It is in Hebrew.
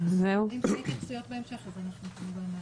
אם יהיו התייחסויות בהמשך, אז אנחנו כמובן.